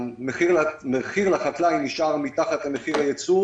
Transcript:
המחיר לחקלאי נשאר מתחת למחיר הייצור